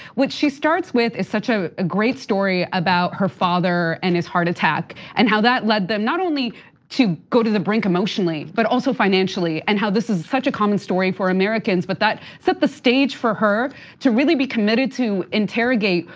which she starts with is such a a great story about her father and his heart attack and how that led them not only to go to the brink emotionally, but also financially and how this is such a common story for americans. but that set the stage for her to really be committed to interrogate,